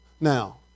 Now